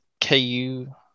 KU –